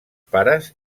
pares